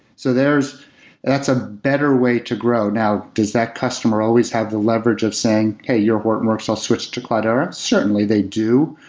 so there's and that's a better way to grow. now, does that customer always have the leverage of saying, hey, your hortonworks, i'll switch to cloudera. certainly, they do.